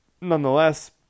nonetheless